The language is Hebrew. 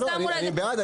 אני בעד.